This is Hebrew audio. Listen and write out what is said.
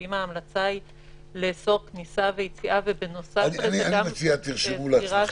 או אם ההמלצה היא --- אני מציע לכם לרשום